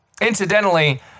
Incidentally